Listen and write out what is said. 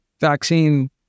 vaccine